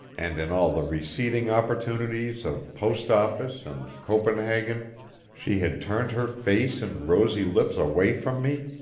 and in all the receding opportunities of post-office and copenhagen she had turned her face and rosy lips away from me,